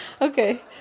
Okay